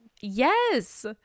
Yes